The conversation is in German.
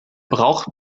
braucht